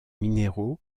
minéraux